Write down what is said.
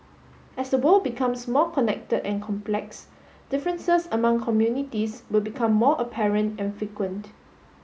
as the world becomes more connected and complex differences among communities will become more apparent and frequent